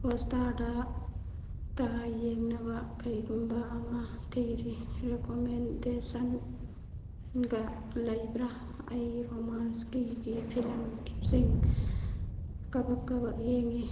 ꯍꯣꯠ ꯏꯁꯇꯥꯔꯗ ꯇ ꯌꯦꯡꯅꯕ ꯀꯔꯤꯒꯨꯝꯕ ꯑꯃ ꯔꯤꯀꯃꯦꯟꯗꯦꯁꯟꯒ ꯂꯩꯕ꯭ꯔꯥ ꯑꯩꯒꯤ ꯔꯣꯃꯥꯟꯁꯀꯤ ꯒꯤ ꯐꯤꯂꯝ ꯀꯥꯕꯛ ꯀꯥꯕꯛ ꯌꯦꯡꯏ